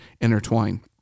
intertwine